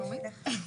שלומית.